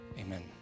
amen